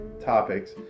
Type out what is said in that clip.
topics